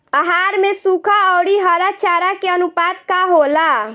आहार में सुखा औरी हरा चारा के आनुपात का होला?